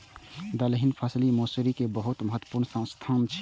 दलहनी फसिल मे मौसरी के बहुत महत्वपूर्ण स्थान छै